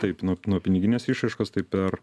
taip nuo nuo piniginės išraiškos tai per